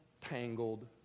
tangled